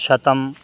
शतम्